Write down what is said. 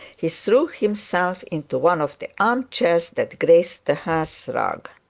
he threw himself into one of the arm-chairs that graced the hearth-rug.